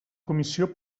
comissió